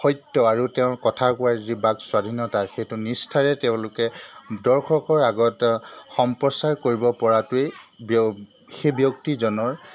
সত্য আৰু তেওঁ কথা কোৱাৰ যি বাক স্বাধীনতা সেইটো নিষ্ঠাৰে তেওঁলোকে দৰ্শকৰ আগত সম্প্ৰচাৰ কৰিব পৰাটোৱেই ব্য সেই ব্যক্তিজনৰ